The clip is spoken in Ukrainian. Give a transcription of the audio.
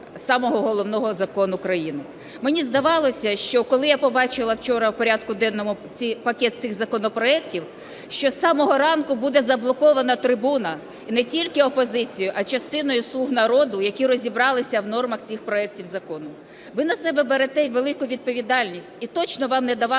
Ви на себе берете й велику відповідальність. І точно вам не давали